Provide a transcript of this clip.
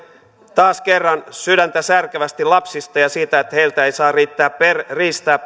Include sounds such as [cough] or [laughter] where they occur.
taas kerran sydäntä särkevästi lapsista ja siitä että heiltä ei saa riistää [unintelligible]